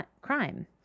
crime